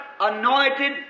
anointed